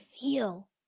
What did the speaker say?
feel